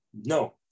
No